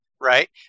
right